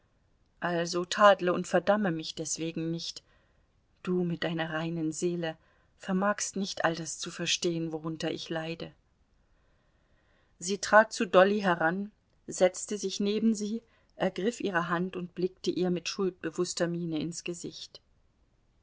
also tadle und verdamme mich deswegen nicht du mit deiner reinen seele vermagst nicht all das zu verstehen worunter ich leide sie trat zu dolly heran setzte sich neben sie ergriff ihre hand und blickte ihr mit schuldbewußter miene ins gesicht